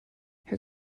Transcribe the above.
her